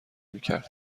میکرد